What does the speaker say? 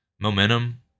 momentum